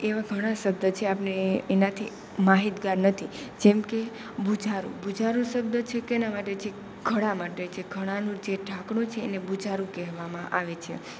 એવા ઘણા શબ્દ છે આપણે એનાથી માહિતગાર નથી જેમકે બુઝારું બુઝારું શબ્દ છે કોના માટે છે ઘડા માટે છે ઘડાનું છે જે ઢાંકણું છે એને બુઝારું કહેવામાં આવે છે